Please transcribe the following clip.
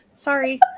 Sorry